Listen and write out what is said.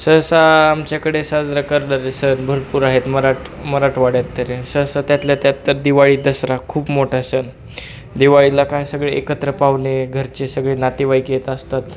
सहसा आमच्याकडे साजरा करणारे सण भरपूर आहेत मराठ मराठवाड्यात तरी सहसा त्यातल्या त्यात दिवाळी दसरा खूप मोठा सण दिवाळीला काय सगळे एकत्र पाहुणे घरचे सगळे नातेवाईक येत असतात